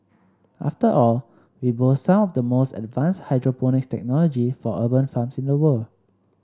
after all we boast some of the most advanced hydroponics technology for urban farms in the world